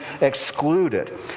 excluded